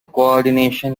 coordination